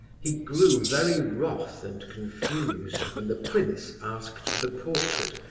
he grew very wroth and confused when the prince asked for the portrait,